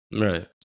Right